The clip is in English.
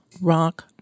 rock